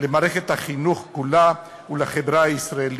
למערכת החינוך כולה ולחברה הישראלית.